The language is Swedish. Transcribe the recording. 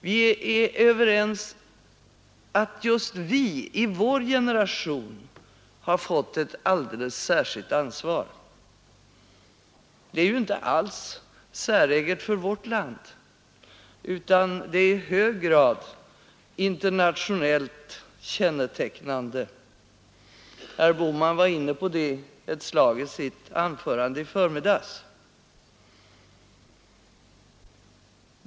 Vi är överens om att just vi i vår generation har fått ett alldeles särskilt ansvar. Det är inte alls säreget för vårt land, utan det är i hög grad internationellt kännetecknande. Herr Bohman var inne på det ett slag i sitt anförande i förmiddags.